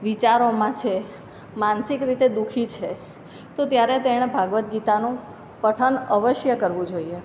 વિચારોમાં છે માનસિક રીતે દુઃખી છે તો ત્યારે તેણે ભાગવદ્ ગીતાનું પઠન અવશ્ય કરવું જોઈએ